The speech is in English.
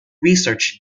research